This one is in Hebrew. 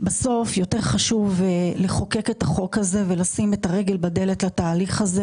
בסוף יותר חשוב לחוקק את החוק הזה לשים את הרגל בדלת לתהליך הזה